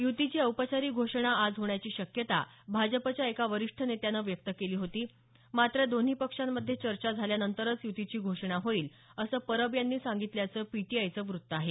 युतीची औपचारिक घोषणा आज होण्याची शक्यता भाजपच्या एका वरिष्ठ नेत्यानं व्यक्त केली होती मात्र दोन्ही पक्षामध्ये चर्चा झाल्यानंतरच युतीची घोषणा होईल असं परब यांनी सांगितल्याचं पीटीआयचं वृत्त आहे